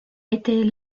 était